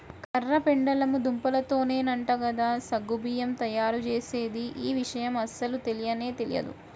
కర్ర పెండలము దుంపతోనేనంట కదా సగ్గు బియ్యం తయ్యారుజేసేది, యీ విషయం అస్సలు తెలియనే తెలియదు